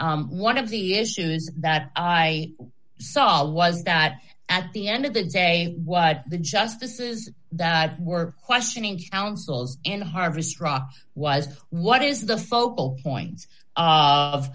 guys one of the issues that i saw was that at the end of the day what the justices that were questioning councils in harvest raw was what is the focal point